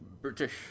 British